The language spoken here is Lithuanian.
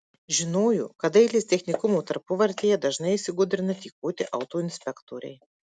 žinojo kad dailės technikumo tarpuvartėje dažnai įsigudrina tykoti autoinspektoriai